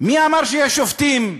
מי אמר שיש שופטים בירושלים?